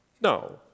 No